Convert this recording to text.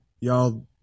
y'all